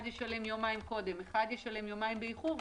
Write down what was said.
אחד ישלם יומיים קודם, אחד ישלם יומיים באיחור.